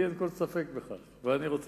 אין לי כל ספק בכך.